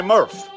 Murph